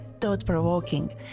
Thought-provoking